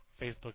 Facebook